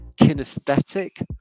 kinesthetic